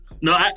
No